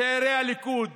צעירי הליכוד